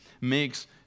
makes